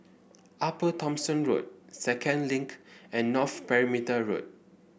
Upper Thomson Road Second Link and North Perimeter Road